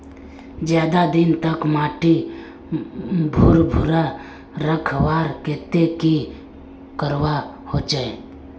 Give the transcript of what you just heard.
ज्यादा दिन तक माटी भुर्भुरा रखवार केते की करवा होचए?